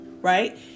right